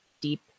deep